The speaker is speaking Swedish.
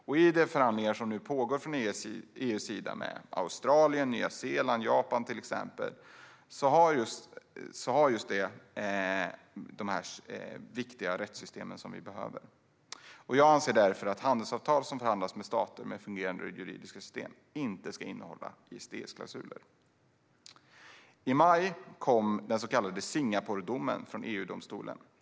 Nu pågår förhandlingar mellan EU och exempelvis Australien, Nya Zeeland och Japan, som samtliga har sådana fungerande rättssystem. Jag anser därför att handelsavtal som förhandlats med stater med fungerande juridiska system inte ska innehålla ISDS-klausuler. I maj kom den så kallade Singaporedomen från EU-domstolen.